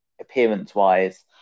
appearance-wise